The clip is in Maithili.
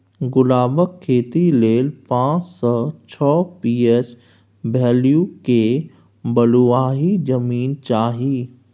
गुलाबक खेती लेल पाँच सँ छओ पी.एच बैल्यु केर बलुआही जमीन चाही